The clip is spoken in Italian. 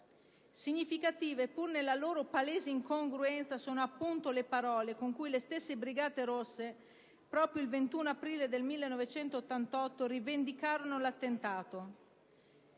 Significative, pur nella loro palese incongruenza, sono le parole con cui le stesse Brigate rosse, proprio il 21 aprile 1988, rivendicarono l'attentato: